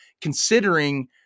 considering